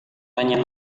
tanya